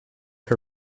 her